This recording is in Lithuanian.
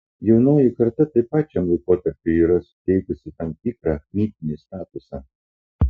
jaunoji karta taip pat šiam laikotarpiui yra suteikusi tam tikrą mitinį statusą